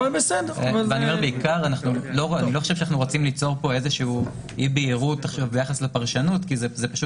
אנחנו לא רוצים ליצור אי בהירות ביחס לפרשנות כי זה פשוט